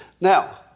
Now